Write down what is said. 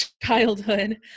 childhood